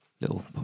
little